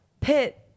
Pitt